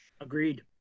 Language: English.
agreed